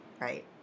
right